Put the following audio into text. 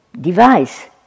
device